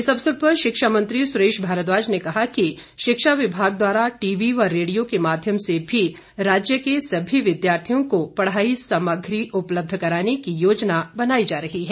इस अवसर पर शिक्षा मंत्री सुरेश भारद्वाज ने कहा कि शिक्षा विभाग द्वारा टीवी व रेडियो के माध्यम से भी राज्य के सभी विद्यार्थियों को पढ़ाई सामग्री उपलब्ध करवाने की योजना बनाई जा रही है